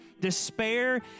Despair